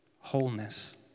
wholeness